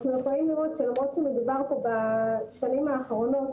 אנחנו יכולים לראות שלמרות שמדובר פה בשנים האחרונות